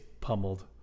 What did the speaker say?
pummeled